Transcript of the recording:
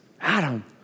Adam